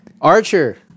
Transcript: archer